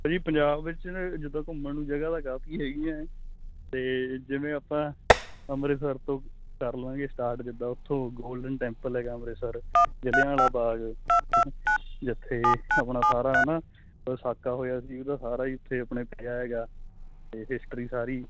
ਭਾਅ ਜੀ ਪੰਜਾਬ ਵਿੱਚ ਜਦੋਂ ਘੁੰਮਣ ਨੂੰ ਜਗ੍ਹਾ ਦਾ ਕਾਫੀ ਹੈਗੀਆਂ ਤੇ ਜਿਵੇਂ ਆਪਾਂ ਅੰਮ੍ਰਿਤਸਰ ਤੋਂ ਕਰ ਲਾਂਗੇ ਸਟਾਰਟ ਜਿੱਦਾਂ ਉਥੋਂ ਗੋਲਡਨ ਟੈਂਪਲ ਹੈਗਾ ਅੰਮ੍ਰਿਤਸਰ ਜਲਿਆਂ ਵਾਲਾ ਬਾਗ ਜਿੱਥੇ ਆਪਣਾ ਸਾਰਾ ਹਨਾ ਸਾਕਾ ਹੋਇਆ ਸੀ ਉਹਦਾ ਸਾਰਾ ਹੀ ਉੱਥੇ ਆਪਣੇ ਪਿਆ ਹੈਗਾ ਤੇ ਹਿਸਟਰੀ ਸਾਰੀ